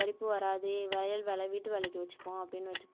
படிப்பு வராது வயல் வேலை வீட்டு வேலைக்கு வச்சிக்குவோம் அப்படின்னு வச்சிக்குவாங்கள்